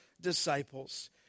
disciples